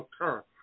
occur